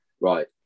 right